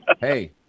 Hey